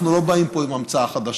אנחנו לא באים פה עם המצאה חדשה.